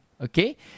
Okay